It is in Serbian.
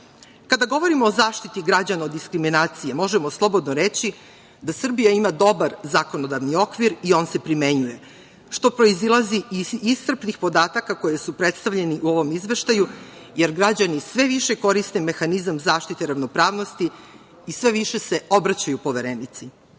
govorimo o zaštiti građana od diskriminacije, možemo slobodno reći da Srbija ima dobar zakonodavni okvir i on se primenjuje, što proizilazi iz iscrpnih podataka koji su predstavljeni u ovom izveštaju, jer građani sve više koriste mehanizam zaštite ravnopravnosti i sve više se obraćaju Poverenici. Ne